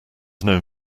known